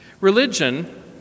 Religion